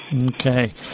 Okay